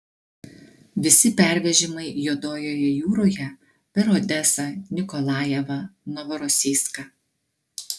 visi pervežimai juodojoje jūroje per odesą nikolajevą novorosijską